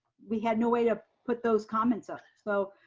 we had no way to put those comments up. so